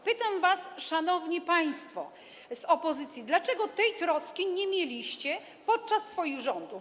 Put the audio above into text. Pytam was, szanowni państwo z opozycji, dlaczego tej troski nie mieliście podczas swoich rządów.